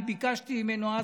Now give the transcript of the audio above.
" אני ביקשתי ממנו אז,